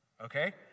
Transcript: okay